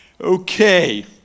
Okay